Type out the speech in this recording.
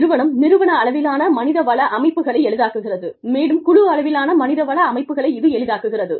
நிறுவனம் நிறுவன அளவிலான மனிதவள அமைப்புகளை எளிதாக்குகிறது மேலும் குழு அளவிலான மனிதவள அமைப்புகளை இது எளிதாக்குகிறது